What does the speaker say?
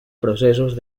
processos